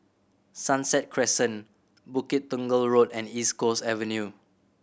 Sunset Crescent Bukit Tunggal Road and East Coast Avenue